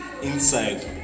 inside